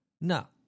No